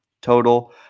total